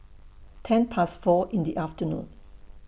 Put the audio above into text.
ten Past four in The afternoon